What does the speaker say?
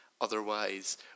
Otherwise